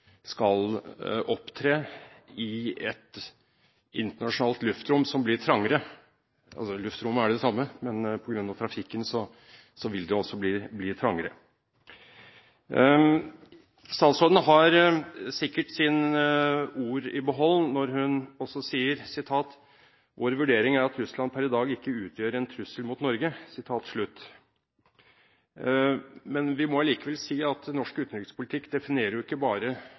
skal opptre i et internasjonalt luftrom som blir trangere – luftrommet er det samme, men på grunn av trafikken vil det altså bli trangere. Statsråden har sikkert sine ord i behold når hun også sier: «Vår vurdering er at Russland per i dag ikke utgjør noen militær trussel mot Norge.» Men vi må allikevel si at norsk utenrikspolitikk definerer ikke bare